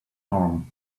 arm